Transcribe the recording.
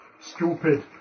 Stupid